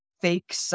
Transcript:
fake